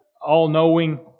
all-knowing